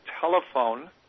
telephone